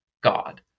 God